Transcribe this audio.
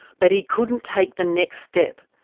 but he couldn't take the next step,